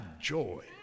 joy